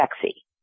sexy